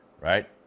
right